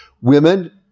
Women